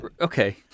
Okay